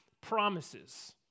promises